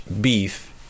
beef